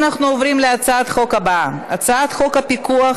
אנחנו עוברים להצעת החוק הבאה: הצעת חוק הפיקוח